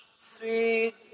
sweet